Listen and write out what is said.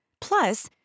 Plus